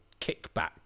kickback